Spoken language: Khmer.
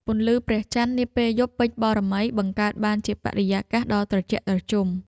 ពន្លឺព្រះច័ន្ទនាពេលយប់ពេញបូណ៌មី បង្កើតបានជាបរិយាកាសដ៏ត្រជាក់ត្រជុំ។